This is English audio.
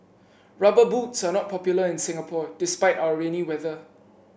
rubber boots are not popular in Singapore despite our rainy weather